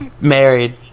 Married